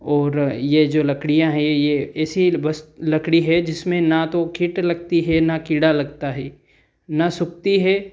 और यह जो लकड़ियाँ हैं यह ऐसी बस लकड़ी है जिसमें ना तो कीट लगती है ना कीड़ा लगता है ना सूखती हैं